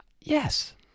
Yes